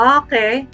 okay